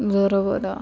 बरं बरं